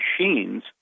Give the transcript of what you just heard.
machines